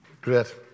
Great